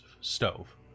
stove